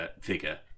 figure